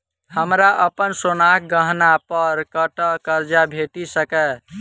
हमरा अप्पन सोनाक गहना पड़ कतऽ करजा भेटि सकैये?